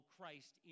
Christ